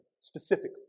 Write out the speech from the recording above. specifically